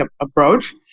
approach